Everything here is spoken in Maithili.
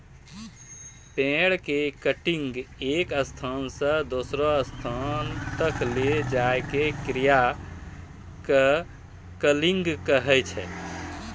पेड़ कॅ काटिकॅ एक स्थान स दूसरो स्थान तक लै जाय के क्रिया कॅ लॉगिंग कहै छै